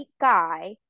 guy